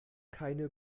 keine